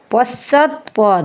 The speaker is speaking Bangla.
পশ্চাৎপদ